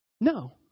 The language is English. No